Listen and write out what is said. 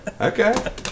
Okay